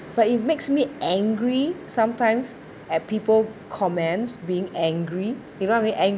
but it makes me angry sometimes at people comments being angry you know I mean angry